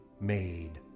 made